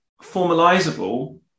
formalizable